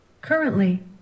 Currently